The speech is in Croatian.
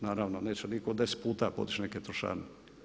Naravno neće nitko 10 puta podići neke trošarine.